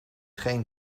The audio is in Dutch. geen